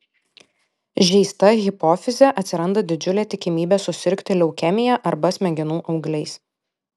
žeista hipofize atsiranda didžiulė tikimybė susirgti leukemija arba smegenų augliais